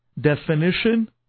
definition